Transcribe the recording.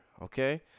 okay